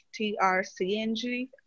TRCNG